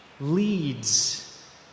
leads